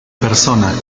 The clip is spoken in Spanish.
persona